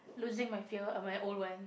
losing my fear ah my old one